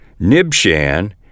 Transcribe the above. Nibshan